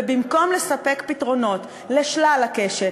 ובמקום לספק פתרונות לכל הקשת,